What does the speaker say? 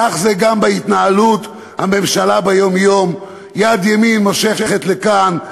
כך זה גם בהתנהלות הממשלה ביום-יום: יד ימין מושכת לכאן,